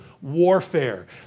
Warfare